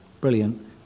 Brilliant